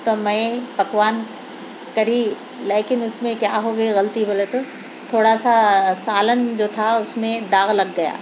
تو میں پکوان کی لیکن اُس میں کیا ہو گئی غلطی بولے تو تھوڑا سا سالن جو تھا اُس میں داغ لگ گیا